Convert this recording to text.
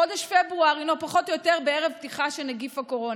חודש פברואר הוא פחות או יותר ערב הפתיחה של נגיף הקורונה,